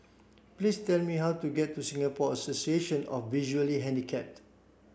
please tell me how to get to Singapore Association of Visually Handicapped